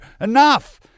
Enough